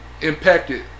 impacted